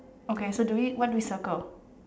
okay so do we what do we circle